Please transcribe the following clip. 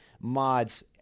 Mods